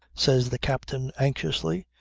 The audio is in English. says the captain anxiously.